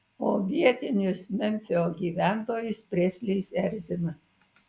o vietinius memfio gyventojus preslis erzina